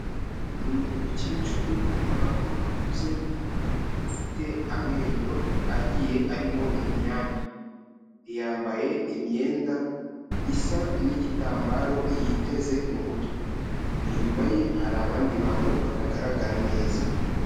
Ni umukecuru ubona ko akuze, ufite amenyo agiye arimo imyanya, yambaye imyenda isa n'igitambaro yiteze mu mutwe, inyuma ye hari abandi bantu batagaragara neza.